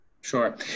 Sure